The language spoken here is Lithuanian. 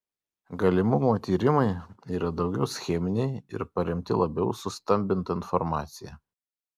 galimumo tyrimai yra daugiau scheminiai ir paremti labiau sustambinta informacija